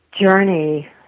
journey